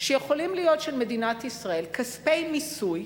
שיכולים להיות של מדינת ישראל, כספי מיסוי,